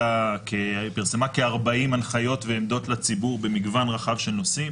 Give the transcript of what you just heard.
פרסמה כ-40 הנחיות ועמדות לציבור במגוון רחב של נושאים